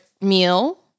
meal